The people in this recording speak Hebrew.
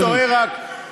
אני תוהה רק,